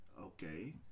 okay